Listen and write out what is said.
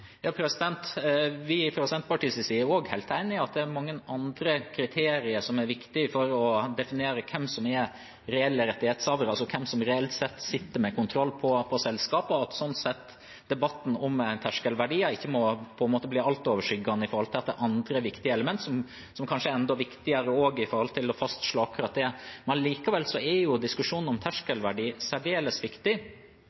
Fra Senterpartiets side er vi helt enig i at det er mange andre kriterier som er viktig for å definere hvem som er reelle rettighetshavere, altså hvem som reelt sett sitter med kontroll på selskapene, og slik sett må ikke debatten om terskelverdiene bli altoverskyggende i forhold til andre viktige element som kanskje er enda viktigere når det gjelder å fastslå akkurat det. Likevel er diskusjonen om terskelverdi særdeles viktig. Her er det uttrykt fra ulike partier i salen at Norge bør ha en ambisjon om